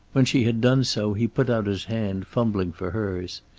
when she had done so he put out his hand, fumbling for hers.